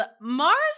Mars